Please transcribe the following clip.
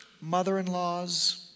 mother-in-laws